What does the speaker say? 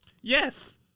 Yes